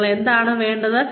നിങ്ങൾക്ക് എന്താണ് വേണ്ടത്